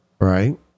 Right